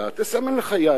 תסמן לך יעדים,